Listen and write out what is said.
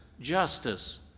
justice